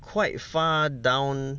quite far down